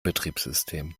betriebssystem